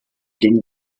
din